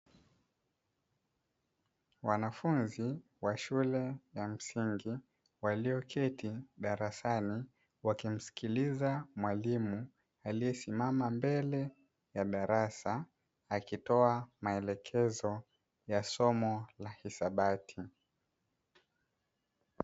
Wanafunzi wa shule ya msingi walioketi darasani, wakimsikiliza mwalimu aliyesimama mbele ya darasa, akitoa maelekezo ya somo la hisabati.